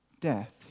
death